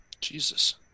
Jesus